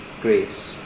grace